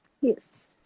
Yes